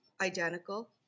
identical